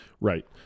Right